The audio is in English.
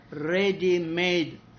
ready-made